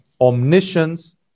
omniscience